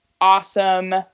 awesome